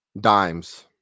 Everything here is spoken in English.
dimes